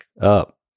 up